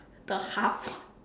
the half one